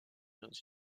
dans